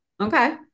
Okay